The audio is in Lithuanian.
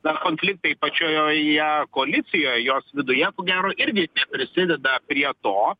dar konfliktai pačiojoje koalicijoje jos viduje ko gero irgi neprisideda prie to